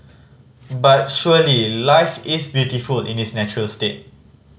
but surely life is beautiful in its natural state